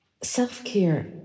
self-care